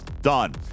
Done